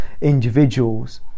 individuals